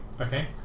Okay